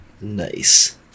Nice